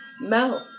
mouth